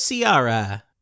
Ciara